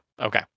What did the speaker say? Okay